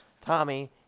Tommy